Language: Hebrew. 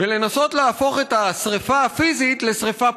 ולנסות להפוך את השרפה הפיזית לשרפה פוליטית,